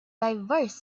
diverse